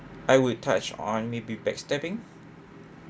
I would touch on maybe backstabbing